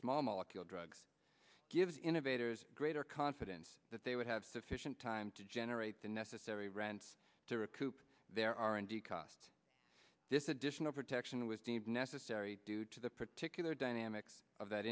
molecule drugs gives innovators greater confidence that they would have sufficient time to generate the necessary rents to recoup their r and d cost this additional protection was deemed necessary due to the particular dynamics of that